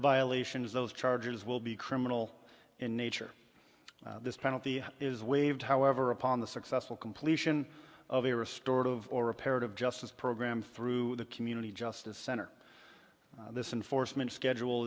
violations those charges will be criminal in nature this penalty is waived however upon the successful completion of a restored of or repaired of justice program through the community justice center this in foresman schedule